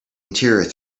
interior